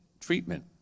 treatment